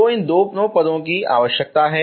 तो इन दो पदों की आवश्यकता है